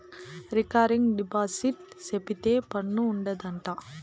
recurring deposit సేపిత్తే పన్ను ఉండదు అంట